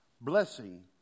Blessing